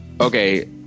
Okay